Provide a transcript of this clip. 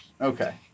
Okay